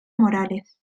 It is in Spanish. morales